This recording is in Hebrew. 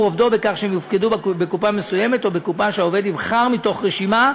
עובדו בכך שהם יופקדו בקופה מסוימת או בקופה שהעובד יבחר מתוך רשימה,